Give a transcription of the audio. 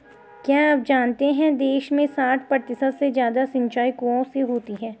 क्या आप जानते है देश में साठ प्रतिशत से ज़्यादा सिंचाई कुओं से होती है?